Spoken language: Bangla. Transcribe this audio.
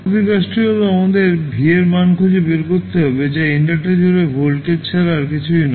পরবর্তী কাজটি হল আমাদের v এর মান খুঁজে বের করতে হবে যা ইন্ডাক্টর জুড়ে ভোল্টেজ ছাড়া কিছুই নয়